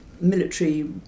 military